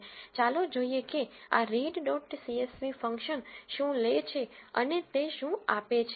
ચાલો જોઈએ કે આ રીડ ડોટ સીએસવી ફંક્શન શું લે છે અને તે શું આપે છે